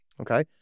Okay